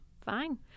fine